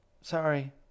Sorry